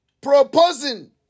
proposing